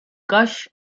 gush